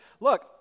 look